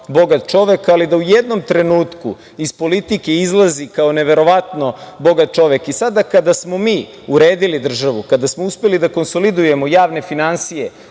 bogat čovek, ali da u jednom trenutku iz politike izlazi kao neverovatno bogat čovek. Sada kada smo mi uredili državu, kada smo uspeli da konsolidujemo javne finansije